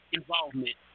involvement